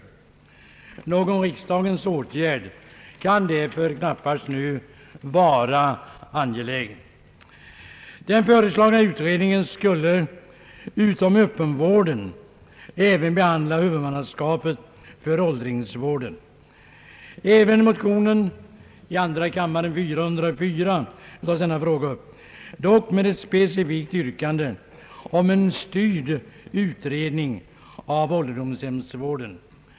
Någon riksdagens åtgärd kan därför nu knappast vara angelägen. Den föreslagna utredningen skulle utom öppenvården också behandla huvudmannaskapet för åldringsvården. Även i motion nr 404 i andra kammaren tas denna fråga upp, dock med ett specifikt yrkande om en styrd utredning av ålderdomshemsvården.